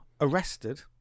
arrested